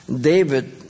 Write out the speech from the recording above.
David